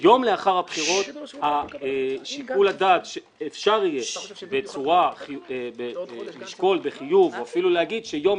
יום לאחר הבחירות אפשר יהיה לשקול בחיוב או אפילו להגיד שיום